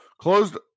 closed